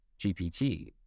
gpt